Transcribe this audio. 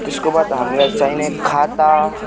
त्यसको बाद हामीलाई चाहिने खाता